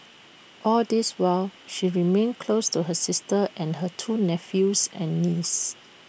all this while she remained close to her sister and her two nephews and niece